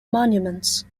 monuments